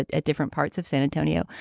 ah different parts of san antonio,